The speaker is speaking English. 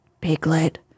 Piglet